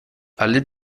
alle